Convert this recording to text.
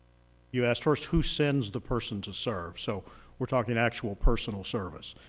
you asked, first, who sends the person to serve. so we're talking actual personal service.